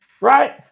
right